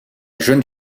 jeune